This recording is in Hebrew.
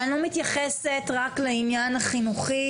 אבל אני לא מתייחסת רק לעניין החינוכי,